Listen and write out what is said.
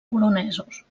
polonesos